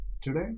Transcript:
today